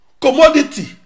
commodity